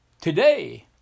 today